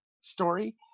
story